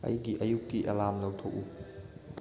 ꯑꯩꯒꯤ ꯑꯌꯨꯛꯀꯤ ꯑꯦꯂꯥꯔꯝ ꯂꯧꯊꯣꯛꯎ